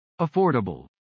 Affordable